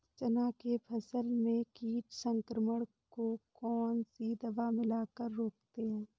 चना के फसल में कीट संक्रमण को कौन सी दवा मिला कर रोकते हैं?